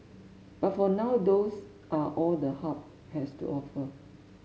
but for now those are all the Hub has to offer